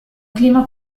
clima